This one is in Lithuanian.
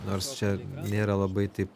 nors čia nėra labai taip